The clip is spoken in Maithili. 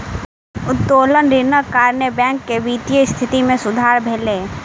उत्तोलन ऋणक कारणेँ बैंक के वित्तीय स्थिति मे सुधार भेल